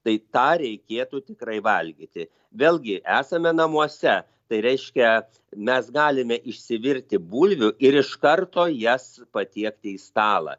tai tą reikėtų tikrai valgyti vėlgi esame namuose tai reiškia mes galime išsivirti bulvių ir iš karto jas patiekti į stalą